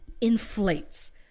inflates